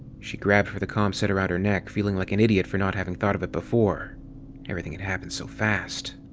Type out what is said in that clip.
she grabbed for the comset around her neck, feeling like an idiot for not having thought of it before everything had happened so fast.